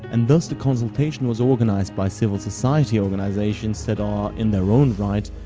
and thus the consultation was organised by civil society organisations that are, in their own right,